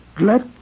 let